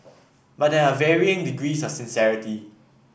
but there are varying degrees of sincerity